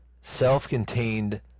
self-contained